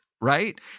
right